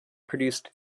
produced